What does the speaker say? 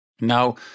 Now